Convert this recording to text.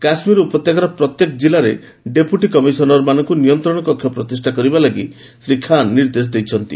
କାଶ୍ମୀର ଉପତ୍ୟକାର ପ୍ରତ୍ୟେକ ଜିଲ୍ଲାରେ ଡେପୁଟି କମିଶନରମାନେ ନିୟନ୍ତ୍ରଣ କକ୍ଷ ପ୍ରତିଷ୍ଠା କରିବା ପାଇଁ ଶ୍ରୀ ଖାନ୍ ନିର୍ଦ୍ଦେଶ ଦେଇଛନ୍ତି